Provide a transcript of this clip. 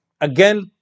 Again